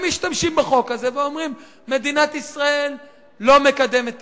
הם משתמשים בחוק הזה ואומרים: מדינת ישראל לא מקדמת תהליך,